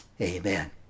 amen